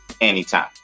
Anytime